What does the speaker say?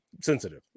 sensitive